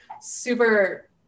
super